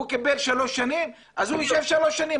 הוא קיבל שלוש שנים אז הוא יישב שלוש שנים,